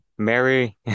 Mary